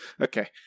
Okay